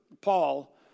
Paul